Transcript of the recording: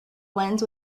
lens